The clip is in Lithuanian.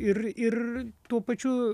ir ir tuo pačiu